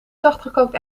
zachtgekookt